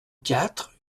quatre